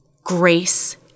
grace